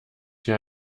hier